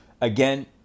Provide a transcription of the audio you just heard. Again